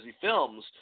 films